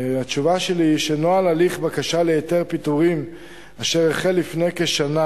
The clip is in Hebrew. התשובה שלי היא שנוהל הליך בקשה להיתר פיטורים אשר החל לפני כשנה,